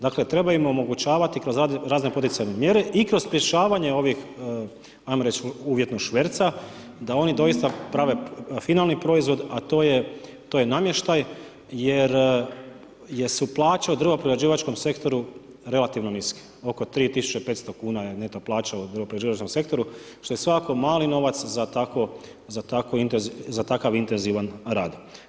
Dakle, treba im omogućavati kroz razne poticajne mjere i kroz rješavanje ovih, ajmo reći uvjetno šverca, da oni doista prave finalni proizvod, a to je namještaj jer su plaće u drvoprerađivačkom sektoru relativno niske, oko 3500 kuna je neto plaća u drvoprerađivačkom sektoru, što je svakako mali novac za takav intenzivan rad.